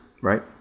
Right